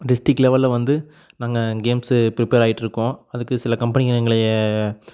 district லெவலில் வந்து நாங்கள் கேம்சு பிரிப்பேர் ஆகிட்டு இருக்கோம் அதுக்குச் சில கம்பெனிங்க எங்களை